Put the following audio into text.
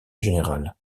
général